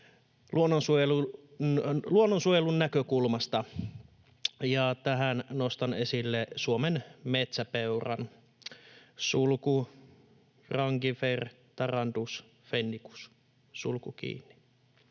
luonnonsuojelun näkökulmasta, ja tähän nostan esille Suomen metsäpeuran (Rangifer tarandus fennicus). Edustaja